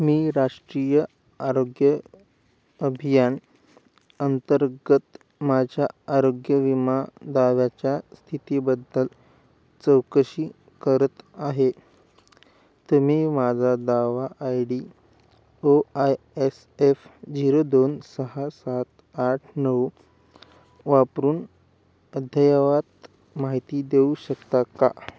मी राष्ट्रीय आरोग्य अभियान अंतर्गत माझ्या आरोग्य विमा दाव्याच्या स्थितीबद्दल चौकशी करत आहे तुम्ही माझा दावा I D O I S F zero दोन सहा सात आठ नऊ वापरून अद्ययावत माहिती देऊ शकता का